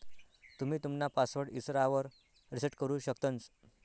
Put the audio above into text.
तुम्ही तुमना पासवर्ड इसरावर रिसेट करु शकतंस